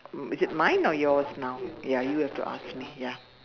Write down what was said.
um is it mine or yours now ya you have to ask me ya